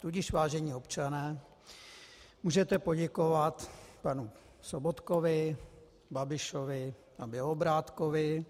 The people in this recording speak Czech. Tudíž, vážení občané, můžete poděkovat panu Sobotkovi, Babišovi a Bělobrádkovi.